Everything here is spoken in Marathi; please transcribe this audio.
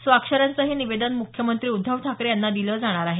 स्वाक्षऱ्यांचं हे निवेदन मुख्यमंत्री उद्धव ठाकरे यांना दिलं जाणार आहे